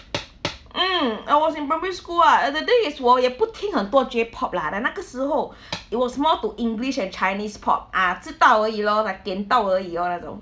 mm I was in primary school lah and the thing is 我也不听很多 J pop lah then 那个时候 it was more to english and chinese pop ah 知道而已 lor like 点到而已 lor 那种